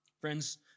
Friends